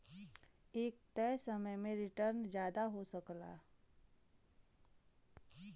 एक तय समय में रीटर्न जादा हो सकला